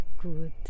good